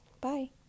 Bye